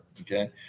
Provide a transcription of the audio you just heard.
Okay